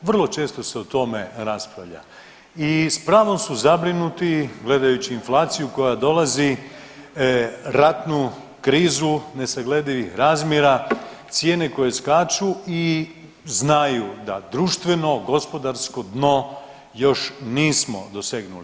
Vrlo često se o tome raspravlja i s pravom su zabrinuti gledajući inflaciju koja dolazi, ratnu krizu nesagledivih razmjera, cijene koje skaču i znaju da društveno, gospodarsko dno još nismo dosegnuli.